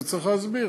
וצריך להסביר.